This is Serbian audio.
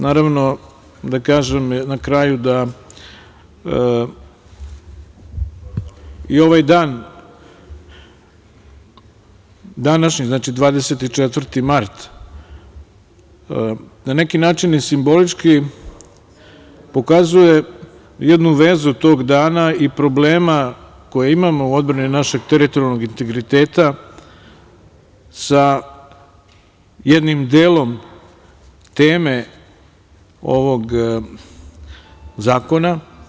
Naravno, da kažem na kraju da i ovaj dan današnji, 24. mart, na neki način simbolički pokazuje jednu vezu tog dana i problema koji imamo u odbrani našeg teritorijalnog integriteta sa jednim delom teme ovog zakona.